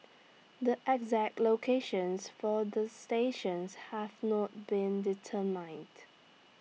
the exact locations for the stations have not been determined